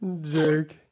jerk